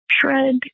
shred